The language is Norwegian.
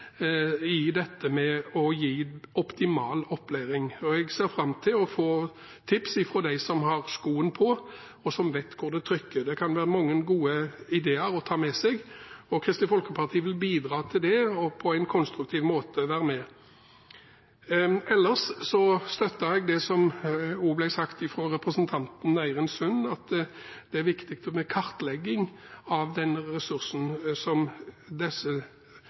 dette med å gi optimal opplæring. Jeg ser fram til å få tips fra dem som har skoen på, og som vet hvor den trykker. Det kan være mange gode ideer å ta med seg. Kristelig Folkeparti vil bidra til det og på en konstruktiv måte være med. Ellers støtter jeg det som ble sagt av representanten Eirin Sund, at det er viktig med kartlegging av den ressursen som disse